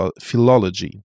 philology